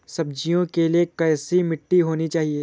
सब्जियों के लिए कैसी मिट्टी होनी चाहिए?